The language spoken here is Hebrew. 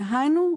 דהיינו,